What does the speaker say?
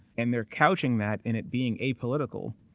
and they're couching that, and it being apolitical,